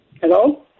Hello